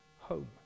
home